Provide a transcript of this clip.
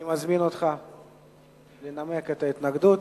אני מזמין אותך לנמק את ההתנגדות,